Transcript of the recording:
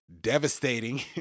devastating